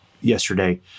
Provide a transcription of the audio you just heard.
yesterday